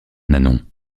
nanon